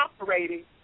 operating